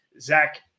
Zach